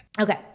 Okay